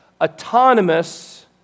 Autonomous